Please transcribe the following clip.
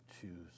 choose